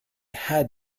had